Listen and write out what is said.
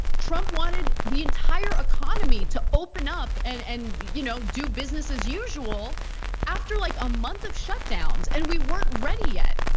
trump wanted the entire economy to open up and and you know do business as usual after like a month of shutdowns, and we weren't ready yet.